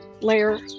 layer